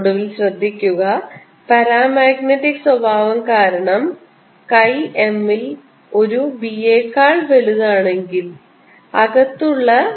ഒടുവിൽ ശ്രദ്ധിക്കുക പാരമാഗ്നറ്റിക് സ്വഭാവം കാരണം chi m ഉള്ളിൽ ഒരു b യേക്കാൾ വലുതാണെങ്കിൽ അകത്തുള്ള b പ്രയോഗിക്കുന്നതിനേക്കാൾ വലുതായിരിക്കും